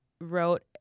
wrote